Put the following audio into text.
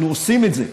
אנחנו עושים את זה.